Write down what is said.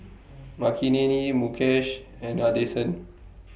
Makineni Mukesh and Nadesan